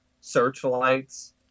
searchlights